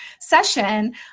session